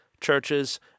churches